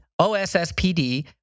OSSPD